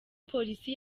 polisi